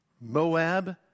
Moab